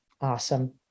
awesome